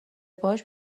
باهاش